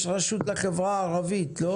יש רשות לחברה הערבית, לא?